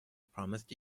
promised